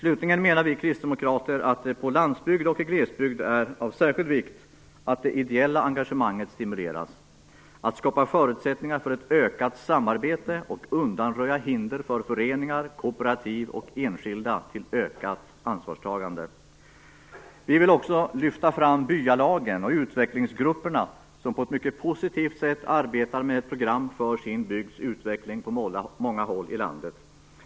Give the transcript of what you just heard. Slutligen menar vi kristdemokrater att det på landsbygd och i glesbygd är av särskild vikt att det ideella engagemanget stimuleras, att skapa förutsättningar för ett ökat samarbete och undanröja hinder för föreningar, kooperativ och enskilda till ökat ansvarstagande.